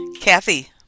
Kathy